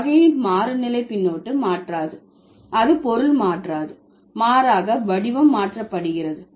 வகையின் மாறுநிலை பின்னொட்டு மாற்றாது அது பொருள் மாற்றாது மாறாக வடிவம் மாற்றப்படுகிறது